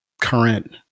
current